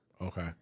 Okay